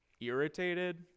irritated